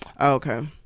okay